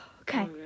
Okay